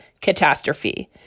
catastrophe